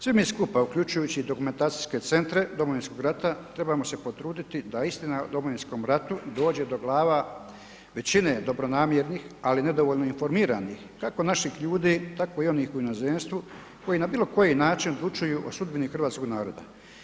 Svi mi skupa uključujući dokumentacijske centre Domovinskog rata trebamo se potruditi da istina o Domovinskom ratu dođe do glava većine dobronamjernih, ali nedovoljno informiranih kako naših ljudi tako i onih u inozemstvu koji na bilo koji način uključuju o sudbini hrvatskog naroda.